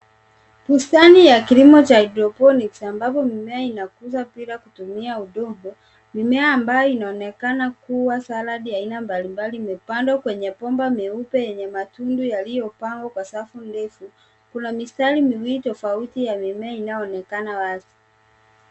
Bustani ya kilimo cha hydroponics ambavyo mimea inakuzwa bila kutumia udongo. Mimea ambayo inaonekana kuwa sallad imepadwa kwenye bomba meupe yenye matundu iliyopadwa kwa safu defu ,kuna mistari miwili tofauti ya mimea inayoonekana wazi.